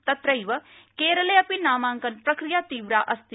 तत्रैव केरले अपि नामांकनप्रक्रिया तीव्रा अस्ति